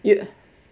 you